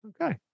Okay